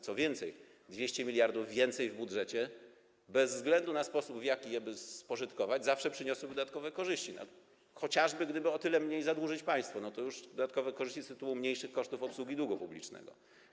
Co więcej, 200 mld więcej w budżecie bez względu na sposób, w jaki by je spożytkować, zawsze przyniosłoby dodatkowe korzyści, chociażby gdyby o tyle mniej zadłużyć państwo, to już są dodatkowe korzyści z tytułu mniejszych kosztów obsługi długu publicznego.